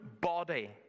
body